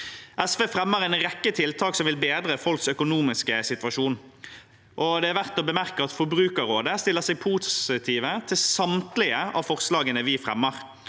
SV fremmer en rekke tiltak som vil bedre folks økonomiske situasjon. Det er verdt å bemerke at Forbrukerrådet stiller seg positiv til samtlige av forslagene vi fremmer.